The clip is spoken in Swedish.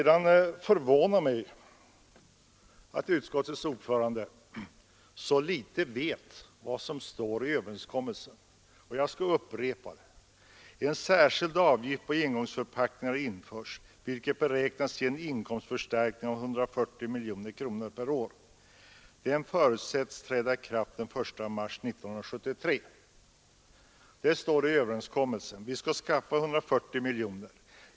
Det förvånar mig att utskottets ordförande så litet vet vad som står i överenskommelsen. Jag skall upprepa det: ”En särskild avgift på engångsförpackningar införs, vilken beräknas ge en inkomstförstärkning av 140 miljoner kronor per år. Den förutsätts träda i kraft den 1 mars 1973.” Så står det i överenskommelsen. Vi skall skaffa 140 miljoner kronor.